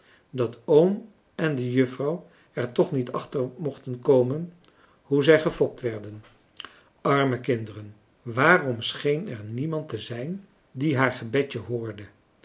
dat oom en de juffrouw er toch niet achter mochten komen hoe zij gefopt werden arme kinderen waarom scheen er niemand te zijn die haar gebedje hoorde